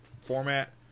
format